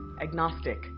agnostic